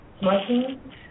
smoking